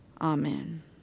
Amen